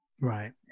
Right